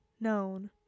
known